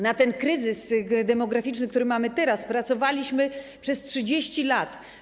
Na ten kryzys demograficzny, który mamy teraz, pracowaliśmy przez 30 lat.